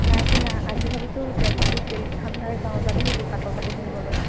নাই কিনা আজি ভাবিছোঁ তেজপুৰ চিল্ক ভাণ্ডাৰ যাওঁ যাবি নেকি পাটৰ কাপোৰ কিনিবলৈ